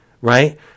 right